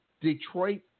Detroit